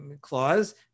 clause